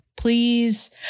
Please